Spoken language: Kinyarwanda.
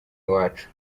iwacu